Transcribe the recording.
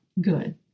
good